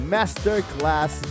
Masterclass